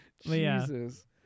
Jesus